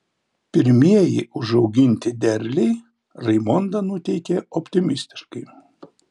pirmieji užauginti derliai raimondą nuteikė optimistiškai